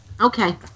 okay